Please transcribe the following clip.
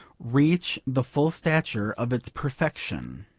reach the full stature of its perfection.